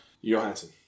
Johansson